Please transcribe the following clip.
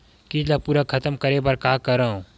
कीट ला पूरा खतम करे बर का करवं?